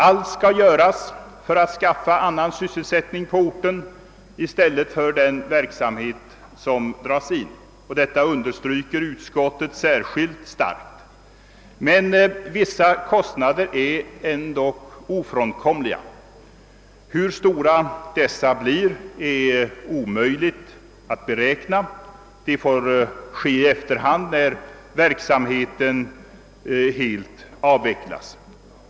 Allt skall göras för att skaffa annan sysselsättning på orten i stället för den verksamhet som dras in, och detta understryker utskottet särskilt starkt. Men vissa kostnader är ändock ofrånkomliga. Hur stora dessa blir är det omöjligt att nu beräkna; det får ske i efterhand sedan verksamheten helt har avvecklats.